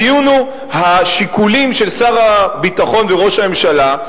הדיון הוא השיקולים של שר הביטחון וראש הממשלה.